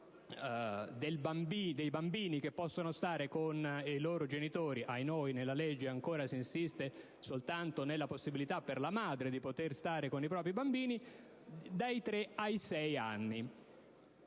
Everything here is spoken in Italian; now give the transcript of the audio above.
dei bambini che possono stare con il loro genitore - ahinoi nella legge si insiste ancora soltanto nella possibilità per la madre di poter restare con i propri bambini - dai tre ai sei anni,